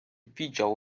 widział